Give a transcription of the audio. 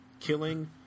killing